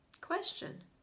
question